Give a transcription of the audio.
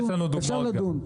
יש לנו דוגמאות גם.